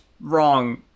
wrong